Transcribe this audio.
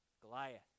Goliath